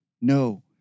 No